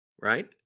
right